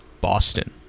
Boston